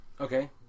Okay